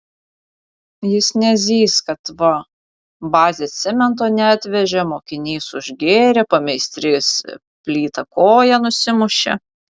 jis nezys kad va bazė cemento neatvežė mokinys užgėrė pameistrys plyta koją nusimušė